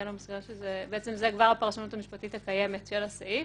הגענו למסקנה שזו כבר הפרשנות המשפטית הקיימת של הסעיף,